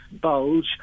bulge